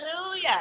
hallelujah